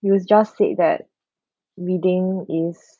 you've just said that reading is